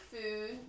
food